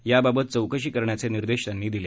त्याबाबत चौकशी करण्याचे निर्देशही त्यांनी दिले